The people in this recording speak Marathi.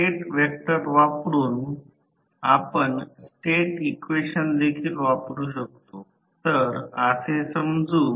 आणि त्या व्होल्ट ला काय म्हणावे ते माहित आहे आणि V2 K V2 हे आम्हाला माहित आहे